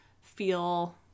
feel